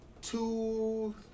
two